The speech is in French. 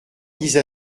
vise